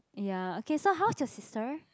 ya okay so how's your sister